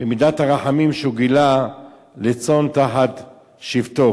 ומידת הרחמים שהוא גילה לצאן תחת שבטו.